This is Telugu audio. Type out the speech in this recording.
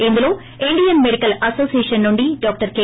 ఇందులో ఇండియన్ మెడికల్ అనోసియేషన్ నుంచి డాక్టర్ కె